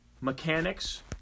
Mechanics